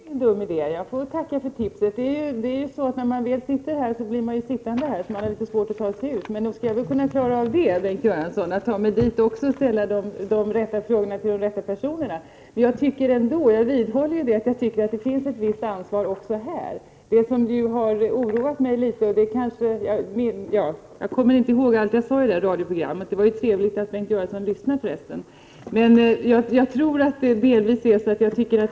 Herr talman! Det är ingen dum idé, jag får tacka för tipset. När man väl sitter här, blir man lätt sittande här och har litet svårt att ta sig ut. Men nog skall jag, Bengt Göransson, kunna ta mig till universitetet i Lund och ställa de rätta frågorna till de rätta personerna. Men jag vidhåller att man måste ta ett visst ansvar även här. Jag kommer inte ihåg allt jag sade i radioprogrammet, men det var trevligt att statsrådet Bengt Göransson lyssnade.